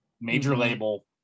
major-label